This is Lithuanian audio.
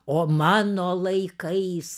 o mano laikais